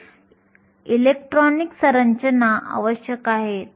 तर μe आणि μh ही गतिशीलता आहे τe आणि τh हे दोन विखुरलेल्या घटनांमधील वेळ दर्शवतात